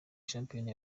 shampiyona